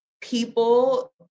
People